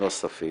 נוספים